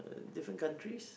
different countries